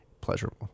pleasurable